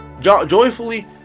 joyfully